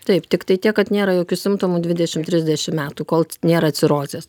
taip tiktai tiek kad nėra jokių simptomų dvidešim trisdešim metų kol nėra cirozės